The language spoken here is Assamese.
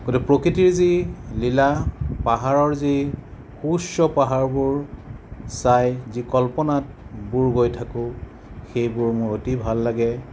গতিকে প্ৰকৃতিৰ যি লীলা পাহাৰৰ যি সুউচ্ছ পাহাৰবোৰ চাই যি কল্পনাত বুৰ গৈ থাকোঁ সেইবোৰ মোৰ অতি ভাল লাগে